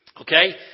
Okay